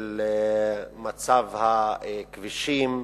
של מצב הכבישים,